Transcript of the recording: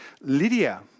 Lydia